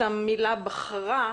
למרות שאני אוהבת את המילה רשאית.